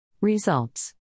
Results